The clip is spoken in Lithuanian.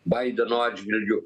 baideno atžvilgiu